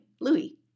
Louis